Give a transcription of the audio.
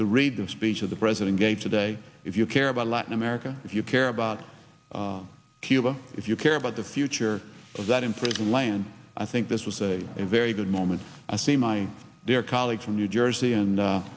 to read the speech of the president gave today if you care about latin america if you care about cuba if you care about the future of that imprisoned land i think this was a very good moment i see my dear colleague from new jersey and